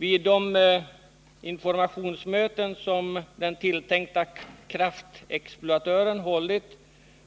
Vid de informationsmöten som den tilltänkta kraftexploatören hållit